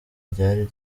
ryari